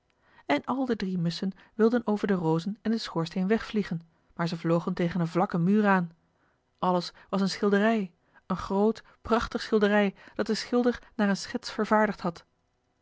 en al de drie musschen wilden over de rozen en den schoorsteen wegvliegen maar zij vlogen tegen een vlakken muur aan alles was een schilderij een groot prachtig schilderij dat de schilder naar een schets vervaardigd had